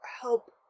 help